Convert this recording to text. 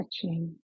touching